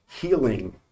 Healing